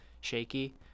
shaky